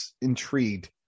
intrigued